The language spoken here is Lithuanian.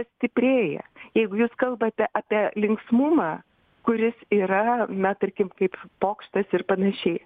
stiprėja jeigu jūs kalbate apie linksmumą kuris yra na tarkim kaip pokštas ir panašiai